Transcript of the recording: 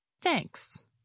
Thanks